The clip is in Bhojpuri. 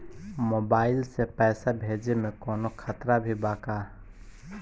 मोबाइल से पैसा भेजे मे कौनों खतरा भी बा का?